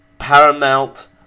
Paramount